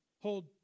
hold